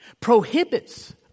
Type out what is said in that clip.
Prohibits